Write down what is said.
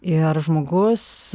ir žmogus